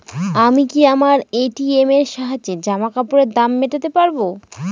আমি কি আমার এ.টি.এম এর সাহায্যে জামাকাপরের দাম মেটাতে পারব?